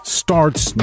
starts